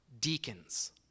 deacons